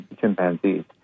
chimpanzees